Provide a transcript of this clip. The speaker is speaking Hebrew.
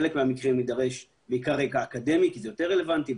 בחלק מהמקרים יידרש בעיקר רקע אקדמי כי זה יותר רלוונטי,